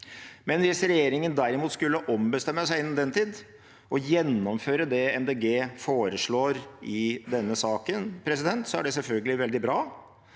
Hvis regjeringen derimot skulle ombestemme seg innen den tid og gjennomføre det Miljøpartiet De Grønne foreslår i denne saken, er det selvfølgelig veldig bra,